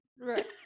Right